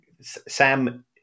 Sam